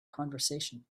conversation